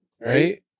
Right